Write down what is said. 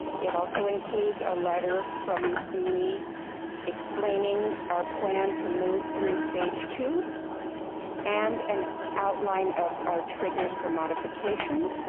it also includes a letter from me explaining our plan to move through stage two and an outline of our triggers for modification.